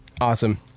Awesome